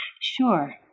Sure